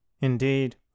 indeed